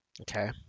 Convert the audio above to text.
Okay